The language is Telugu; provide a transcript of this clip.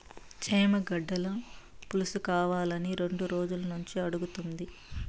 చేమగడ్డల పులుసుకావాలని రెండు రోజులనుంచి అడుగుతుంటి